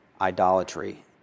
idolatry